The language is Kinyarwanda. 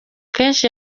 kenshi